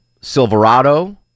Silverado